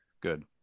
Good